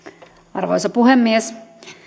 arvoisa puhemies